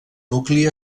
nucli